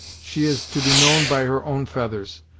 she is to be known by her own feathers.